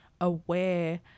aware